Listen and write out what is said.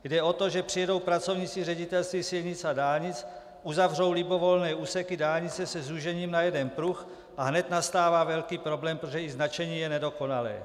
Jde o to, že přijedou pracovníci Ředitelství silnic a dálnic, uzavřou libovolné úseky dálnice se zúžením na jeden pruh, a hned nastává velký problém, protože i značení je nedokonalé.